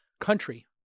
country